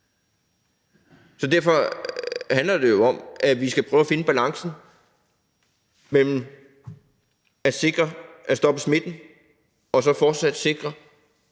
Derfor handler det jo om, at vi skal prøve at finde balancen mellem at stoppe smitten og så fortsat sikre,